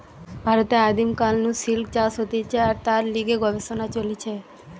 ভারতে আদিম কাল নু সিল্ক চাষ হতিছে আর তার লিগে গবেষণা চলিছে